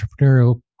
entrepreneurial